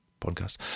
podcast